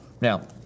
Now